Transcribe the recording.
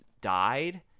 died